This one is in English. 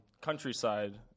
Countryside